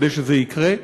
כדי שזה יקרה.